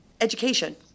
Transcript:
education